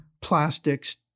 plastics